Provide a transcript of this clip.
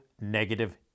negative